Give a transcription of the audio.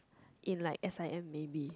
in like s_i_m maybe